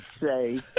say